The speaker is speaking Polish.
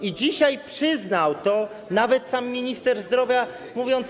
I dzisiaj przyznał to nawet sam minister zdrowia, mówiąc.